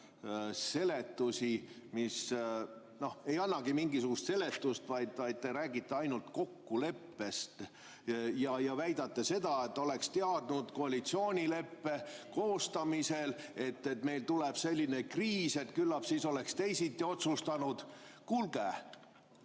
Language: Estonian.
seletusi, mis ei annagi mingisugust seletust, te räägite ainult kokkuleppest. Väidate, et oleks koalitsioonileppe koostamisel teadnud, et meil tuleb selline kriis, küllap siis oleks teisiti otsustanud. Kuulge!